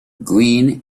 green